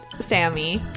Sammy